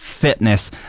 Fitness